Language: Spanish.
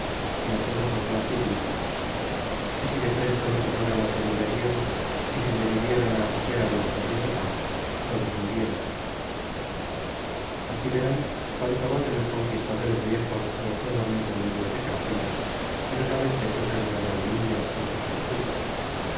y todos los mas hieléron y si de presto no toma ran las de villa diego y si se vinieran acoger unos pueblos de paz todos murieran aquí verán quanto va de los conquistadores viejos los nuevamente venidos de castilla que no saben que cosa es guerra de indios ni sus astucias